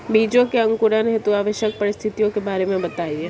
बीजों के अंकुरण हेतु आवश्यक परिस्थितियों के बारे में बताइए